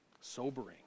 Sobering